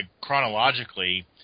chronologically